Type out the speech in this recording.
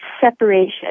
separation